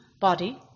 body